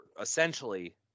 essentially